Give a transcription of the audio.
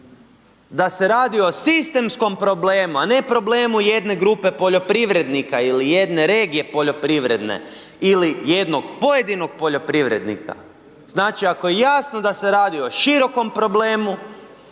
da se radi o sistemskom problemu, a ne problemu jedne grupe poljoprivrednike ili jedne regije poljoprivredne ili jednoj pojedinog poljoprivrednika, znači ako je jasno da se radi o širokom problemu,